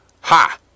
Ha